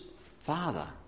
father